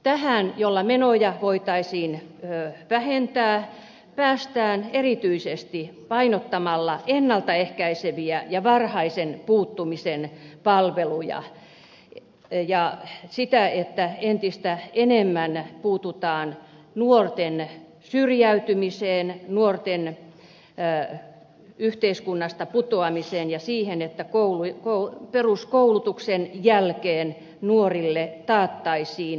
tähän jotta menoja voitaisiin vähentää päästään erityisesti painottamalla ennalta ehkäiseviä ja varhaisen puuttumisen palveluja ja sitä että entistä enemmän puututaan nuorten syrjäytymiseen nuorten yhteiskunnasta putoamiseen ja siihen että peruskoulutuksen jälkeen nuorille taattaisiin työpaikka